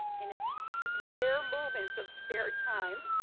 in his rare moments of spare time,